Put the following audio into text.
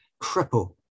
cripple